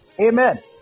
amen